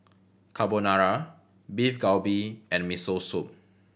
Carbonara Beef Galbi and Miso Soup